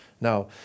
Now